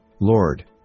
Lord